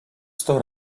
sto